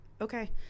okay